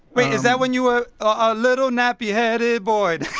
wait, is that when you were a little nappy headed boy?